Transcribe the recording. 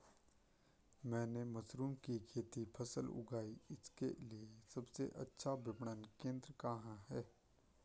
मैंने मशरूम की फसल उगाई इसके लिये सबसे अच्छा विपणन केंद्र कहाँ है?